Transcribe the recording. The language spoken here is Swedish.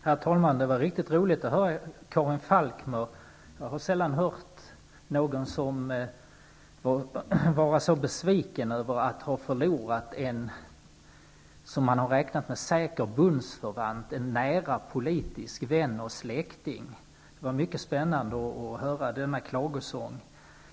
Herr talman! Det var riktigt roligt att höra Karin Falkmer. Jag har sällan hört någon som varit så besviken över att ha förlorat en som man räknat som bundsförvant, en nära politisk vän och släkting. Det var mycket spännande att höra denna klagosång.